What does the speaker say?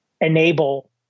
enable